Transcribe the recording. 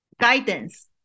guidance